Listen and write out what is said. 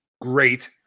great